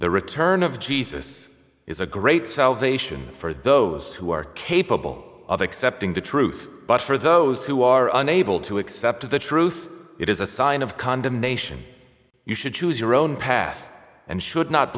the return of jesus is a great salvation for those who are capable of accepting the truth but for those who are unable to accept the truth it is a sign of condemnation you should choose your own path and should not